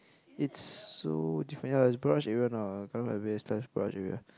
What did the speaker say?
it's so different ya it's barrage area now Gardens-by-the-Bay slash barrage area